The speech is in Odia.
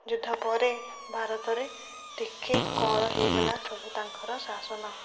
ଯୁଦ୍ଧ ପରେ ଭାରତରେ ଟିକେ କଅଁଳ ହୋଇଗଲା ସବୁ ତାଙ୍କର ଶାସନ